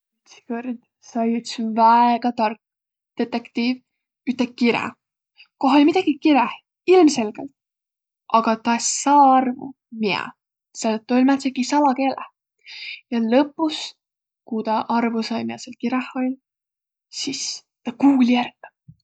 Ütskõrd sai üts väega tark detektiiv üte kirä, koh oll' midägi kiräh, ilmselgelt, aga tä es saaq arvu, miä, selle et tuu oll' määntsehki salakeeleh. Ja lõpus, ku tä arvo sai, miä sääl kiräh oll', sis tä kuuli ärq.